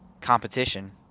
competition